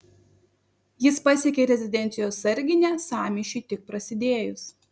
jis pasiekė rezidencijos sarginę sąmyšiui tik prasidėjus